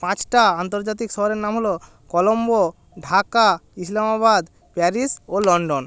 পাঁচটা আন্তর্জাতিক শহরের নাম হলো কলম্বো ঢাকা ইসলামাবাদ প্যারিস ও লন্ডন